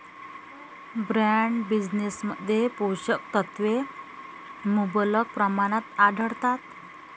broad बीन्समध्ये पोषक तत्वे मुबलक प्रमाणात आढळतात